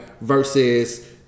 Versus